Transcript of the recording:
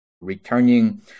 returning